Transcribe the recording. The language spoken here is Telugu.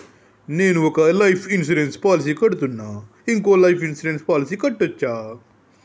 నేను ఒక లైఫ్ ఇన్సూరెన్స్ పాలసీ కడ్తున్నా, ఇంకో లైఫ్ ఇన్సూరెన్స్ పాలసీ కట్టొచ్చా?